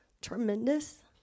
tremendous